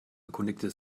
erkundigte